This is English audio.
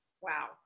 Wow